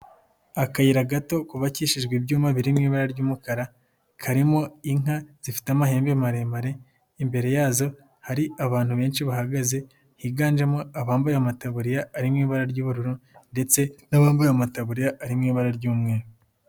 Akayira gato kubabakishijwe ibyuma biri mu ibara ry'umukara karimo inka zifite amahembe maremare imbere yazo hari abantu benshi bahagaze higanjemo abambaye amataburiya ari mu ibara ry'ubururu ndetse n'abambaye amataburiya ari mu ibara ry'umweru.